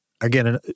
again